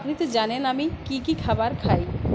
আপনি তো জানেন আমি কী কী খাবার খাই